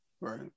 Right